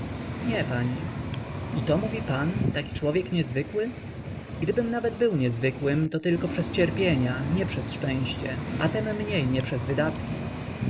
nie pani i to mówi pan taki człowiek niezwykły gdybym nawet był niezwykłym to tylko przez cierpienia nie przez szczęście a tem mniej nie przez wydatki